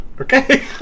Okay